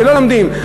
שלא לומדים,